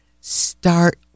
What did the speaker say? start